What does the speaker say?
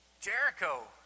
Jericho